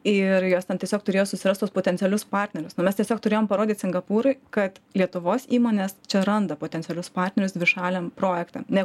ir jos ten tiesiog turėjo susirast tuos potencialius partnerius o mes tiesiog turėjom parodyt singapūrui kad lietuvos įmonės čia randa potencialius partnerius dvišaliam projektam ne